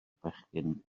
bechgyn